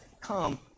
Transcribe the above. come